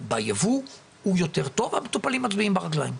בייבוא הוא יותר טוב והמטופלים מצביעים ברגליים.